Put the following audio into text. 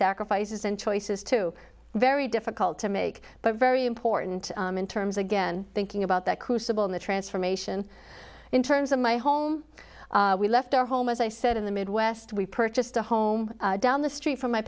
sacrifices and choices to very difficult to make but very important in terms of again thinking about that crucible in the transformation in terms of my home we left our home as i said in the midwest we purchased a home down the street from my